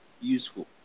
useful